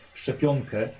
szczepionkę